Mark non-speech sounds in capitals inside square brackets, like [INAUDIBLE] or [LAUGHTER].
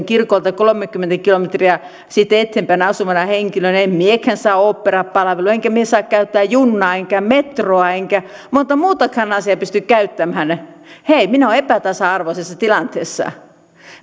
[UNINTELLIGIBLE] kirkolta kolmekymmentä kilometriä eteenpäin asuvana henkilönä saa oopperapalvelua enkä minä saa käyttää junaa enkä metroa enkä montaa muutakaan asiaa pysty käyttämään hei minä olen epätasa arvoisessa tilanteessa